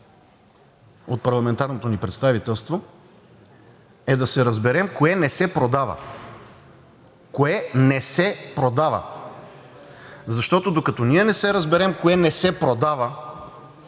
от парламентарното ни преставителство, е да се разберем кое не се продава – кое не се продава! Защото, докато ние не се разберем кое не се продава,